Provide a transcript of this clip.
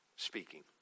speaking